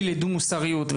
מוסריות,